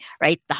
right